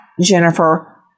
Jennifer